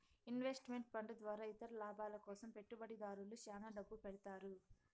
invest meant fund ద్వారా ఇతర లాభాల కోసం పెట్టుబడిదారులు శ్యాన డబ్బు పెడతారు